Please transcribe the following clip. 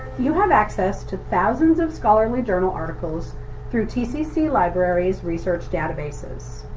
you have access to thousands of scholarly journal articles through tcc library's research databases.